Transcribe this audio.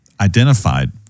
identified